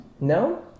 No